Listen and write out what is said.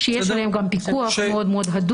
שיש עליהם גם פיקוח מאוד מאוד הדוק.